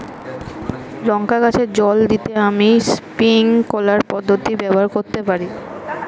লঙ্কা গাছে জল দিতে আমি স্প্রিংকলার পদ্ধতি ব্যবহার করতে পারি?